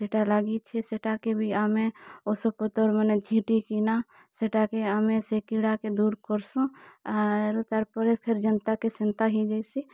ଏଇଟା ଲାଗିଛି ସେଇଟା କେ ବି ଆମେ ଓଷଦ ପତର୍ ମାନେ ଛଟି କିନା ସେଟାକେ ଆମେ ସେ କିଡ଼ାକେ ଦୂର କରସୁଁ ଆରୁ ତାର୍ ପରେ ଫେର୍ ଯେନ୍ତା କେ ସେନ୍ତା ହେଇ ଯାଏସି